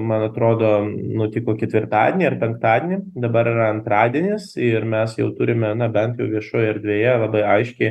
man atrodo nutiko ketvirtadienį ar penktadienį dabar yra antradienis ir mes jau turime na bent jau viešoj erdvėje labai aiškiai